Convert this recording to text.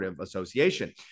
Association